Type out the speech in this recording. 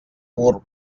gurb